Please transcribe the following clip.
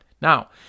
Now